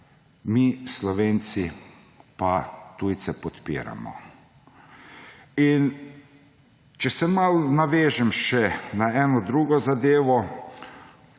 mi Slovenci pa tujce podpiramo. Če se malo navežem še na eno drugo zadevo,